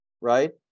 right